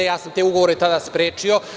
Ja sam te ugovore tada sprečio.